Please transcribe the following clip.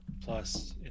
plus